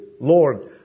Lord